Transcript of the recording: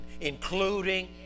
including